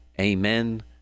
amen